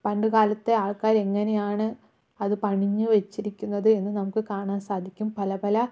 പണ്ട് കാലത്തെ ആൾക്കാരെങ്ങനെ ആണ് അത് പണിഞ്ഞു വെച്ചിരിക്കുന്നത് എന്ന് നമുക്ക് കാണാൻ സാധിക്കും പല പല